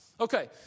Okay